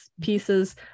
pieces